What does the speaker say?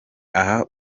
aha